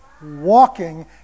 Walking